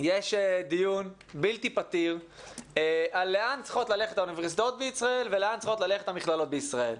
יש דיון בלתי פתיר לאן צריכות ללכת האוניברסיטאות והמכללות בישראל.